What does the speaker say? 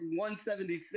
176